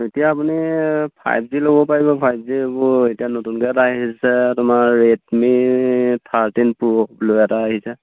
এতিয়া আপুনি five G ল'ব পাৰিব ফাইভ জি হ'ব এতিয়া নতুনকৈ এটা আহিছে তোমাৰ ৰেডমি থাৰ্টিন প্ৰ'ব লৈ এটা আহিছে